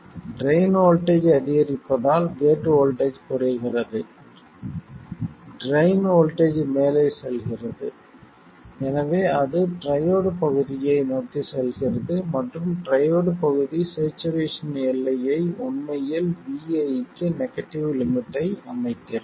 drain voltage அதிகரிப்பதால் gate voltage குறைகிறது drain voltage மேலே செல்கிறது எனவே அது ட்ரையோட் பகுதியை நோக்கி செல்கிறது மற்றும் ட்ரையோட் பகுதி ஸ்சேச்சுரேசன் எல்லையை உண்மையில் vi க்கு நெகடிவ் லிமிட்டை அமைக்கிறது